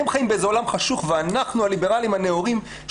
הם חיים באיזה עולם חשוך ואנחנו הליברלים הנאורים,